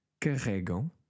Carregam